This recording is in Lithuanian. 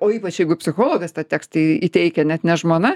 o ypač jeigu psichologas tą tekstą į įteikia net ne žmona